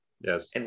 Yes